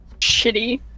shitty